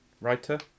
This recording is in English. writer